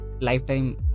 lifetime